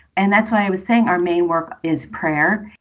and that's why i was saying our main work is prayer.